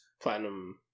platinum